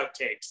outtakes